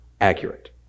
accurate